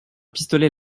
pistolet